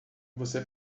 você